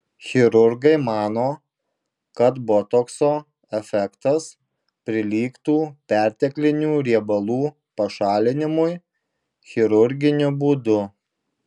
chirurgai mano kad botokso efektas prilygtų perteklinių riebalų pašalinimui chirurginiu būdu